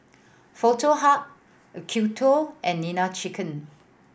Foto Hub Acuto and Nene Chicken